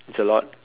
it's a lot